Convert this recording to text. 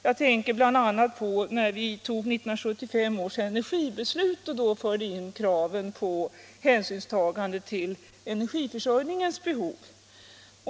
Jag tänker bl.a. på att vi, när 1975 års energibeslut fattades, förde in kraven på hänsyns tagande till energiförsörjningens behov.